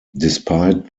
despite